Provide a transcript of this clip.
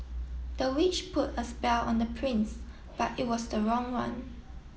the witch put a spell on the prince but it was the wrong one